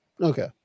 Okay